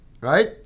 right